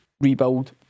rebuild